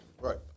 right